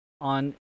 on